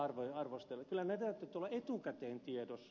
kyllä niitten täytyy olla etukäteen tiedossa